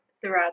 throughout